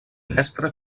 finestra